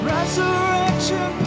Resurrection